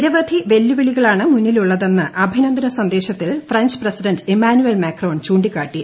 നിരവധി വെല്ലുവിളികളാണ് മുന്നിലുള്ളതെന്ന് അഭിനന്ദന സന്ദേശത്തിൽ ഫ്രഞ്ച് പ്രസിഡന്റ് ഇമ്മാനുവേൽ മാക്രോൺ ചൂിക്കാട്ടി